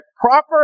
proper